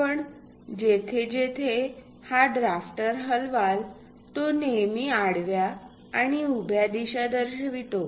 आपण जिथे जिथे हा ड्राफ्टर हलवाल तो नेहमी आडव्या आणि उभ्या दिशा दर्शवितो